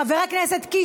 חבר הכנסת קיש,